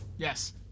Yes